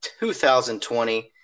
2020